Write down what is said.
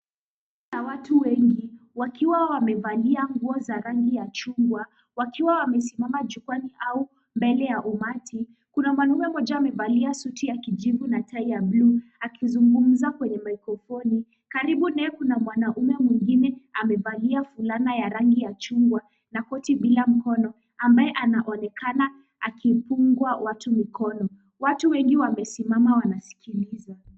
Kuna watu wengi wakiwa wamevalia nguo za rangi ya chungwa wakiwa wamesimama jukwaani au mbele ya umati. Kuna mwanaume mmoja ambaye amevalia suti ya kijivu na tai ya bluu, akizungumza kwenye mikrofoni. Karibu naye kuna mwanaume mwengine amevalia fulana ya rangi ya chungwa na koti bila mkono ambaye anaonekana akipunga watu mikono. Watu wengi wamesimama wanasikiliza.